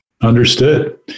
Understood